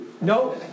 No